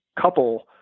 couple